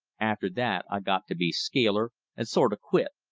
after that i got to be scaler, and sort've quit.